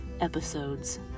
episodes